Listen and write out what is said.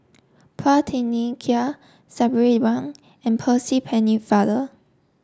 Phua Thin Kiay Sabri Buang and Percy Pennefather